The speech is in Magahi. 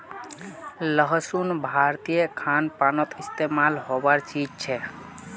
लहसुन भारतीय खान पानोत इस्तेमाल होबार चीज छे